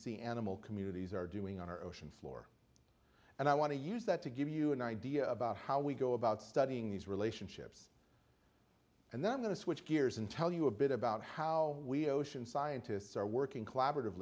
sea animal communities are doing on our ocean floor and i want to use that to give you an idea about how we go about studying these relationships and then i'm going to switch gears and tell you a bit about how we ocean scientists are working collaborative